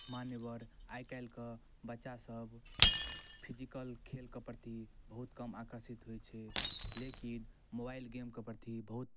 मान्यवर आइकाल्हिके बच्चासब फिजिकल खेलके प्रति बहुत कम आकर्षित होइ छै लेकिन मोबाइल गेमके प्रति बहुत